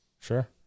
sure